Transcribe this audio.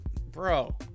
bro